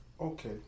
Okay